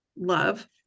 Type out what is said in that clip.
love